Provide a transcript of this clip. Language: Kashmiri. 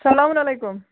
سَلام وعلیکُم